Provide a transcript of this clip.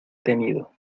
tenido